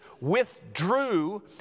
withdrew